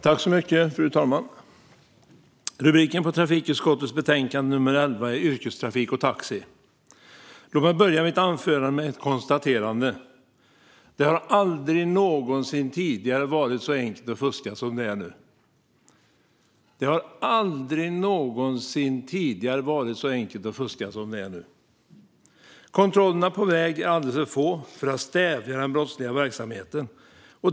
Fru talman! Rubriken på trafikutskottets betänkande nr 11 är Yrkestrafik och taxi . Låt mig börja mitt anförande med ett konstaterande: Det har aldrig någonsin tidigare varit så enkelt att fuska som det är nu. Jag upprepar: Det har aldrig någonsin tidigare varit så enkelt att fuska som det är nu! Kontrollerna på väg är alldeles för få för att stävja den brottsliga verksamheten.